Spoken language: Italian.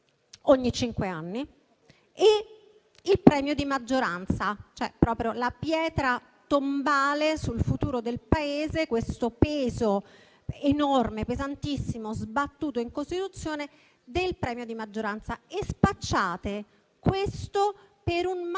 ogni cinque anni e il premio di maggioranza, cioè la pietra tombale sul futuro del Paese; un peso enorme, pesantissimo, sbattuto in Costituzione del premio di maggioranza. E spacciate questo per un maggior